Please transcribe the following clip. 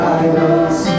idols